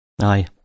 Aye